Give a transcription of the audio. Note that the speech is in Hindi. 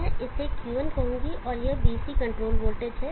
मैं इसे Q1 कहूंगा और यह VC कंट्रोल वोल्टेज है